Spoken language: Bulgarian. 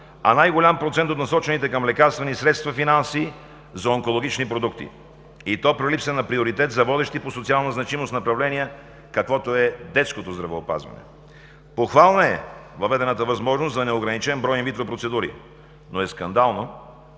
а най-голям процент от насочените към лекарствени средства финанси – за онкологични продукти, и то при липса на приоритет за водещи по социална значимост направления, каквото е детското здравеопазване. Похвална е въведената възможност за неограничен брой микропроцедури, но е скандално,